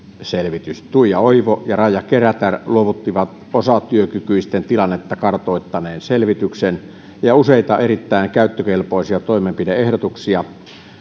selvitys tuija oivo ja raija kerätär luovuttivat osatyökykyisten tilannetta kartoittaneen selvityksen ja useita erittäin käyttökelpoisia toimenpide ehdotuksia